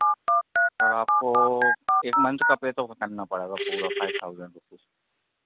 तब आपको एक मंथ का पर तो करना पड़ेगा पूरा फाइव थाउज़ेंड रूपीस